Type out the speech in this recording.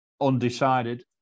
undecided